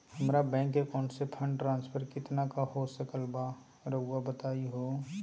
हमरा bank account से fund transfer कितना का हो सकल बा रुआ बताई तो?